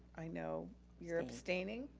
i know you're abstaining.